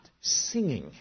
singing